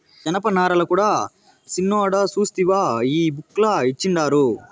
జనపనారల కూడా సిన్నోడా సూస్తివా ఈ బుక్ ల ఇచ్చిండారు